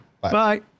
bye